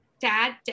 dad